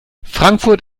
frankfurt